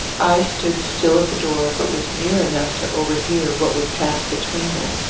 i stood still at the door but was near enough to overhear what would pass between them.